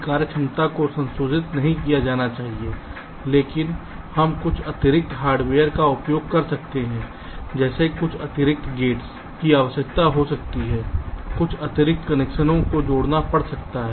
इस सर्किट की कार्यक्षमता को संशोधित नहीं किया जाना चाहिए लेकिन हम कुछ अतिरिक्त हार्डवेयर का उपयोग कर सकते हैं जैसे कुछ अतिरिक्त गेट की आवश्यकता हो सकती है कुछ अतिरिक्त कनेक्शनों को जोड़ना पड़ सकता है